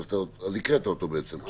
אז הקראת אותו בעצם?